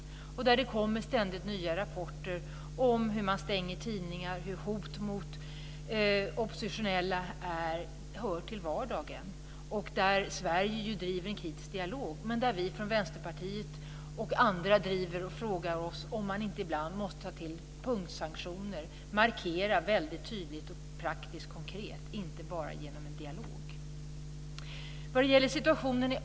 Det kommer ständigt nya rapporter om hur man stänger tidningar och om hur hot mot oppositionella hör till vardagen. Sverige för en kritisk dialog, men vi från Vänsterpartiet och andra frågar oss om man inte ibland måste ta till punktsanktioner och markera tydligt och praktiskt konkret och inte bara genom en dialog.